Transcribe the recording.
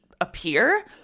appear